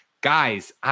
Guys